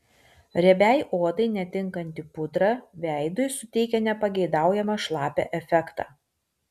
riebiai odai netinkanti pudra veidui suteikia nepageidaujamą šlapią efektą